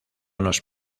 nos